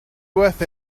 worth